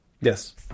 Yes